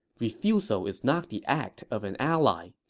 refusal is not the act of an ally.